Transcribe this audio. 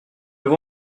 vous